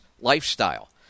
lifestyle